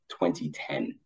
2010